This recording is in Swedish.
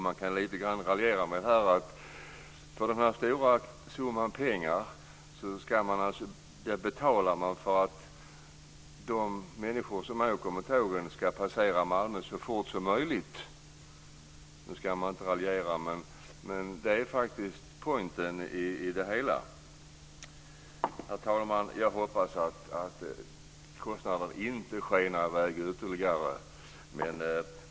Man kan raljera lite grann här och säga: Denna stora summa betalar man för att de människor som åker med tågen ska passera Malmö så fort som möjligt. Även om man inte ska raljera är det faktiskt "pointen" i det hela. Herr talman! Jag hoppas att kostnaderna inte skenar i väg ytterligare.